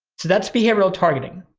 so that's behavioral targeting.